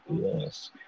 Yes